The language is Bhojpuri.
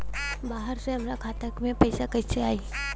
बाहर से हमरा खाता में पैसा कैसे आई?